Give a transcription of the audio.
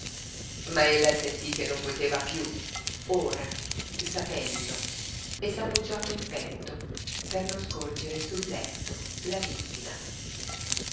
ma ella sentí che non poteva piú ora sapendo e s'appoggiò a quel petto per non scorgere sul letto la vittima